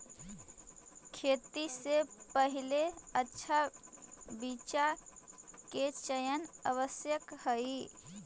खेती से पहिले अच्छा बीचा के चयन आवश्यक हइ